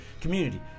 community